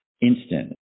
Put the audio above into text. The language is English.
instant